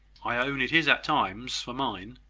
i own it is at times for mine.